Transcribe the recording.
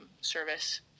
service